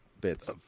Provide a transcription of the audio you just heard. bits